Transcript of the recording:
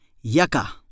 yaka